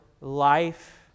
life